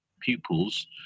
pupils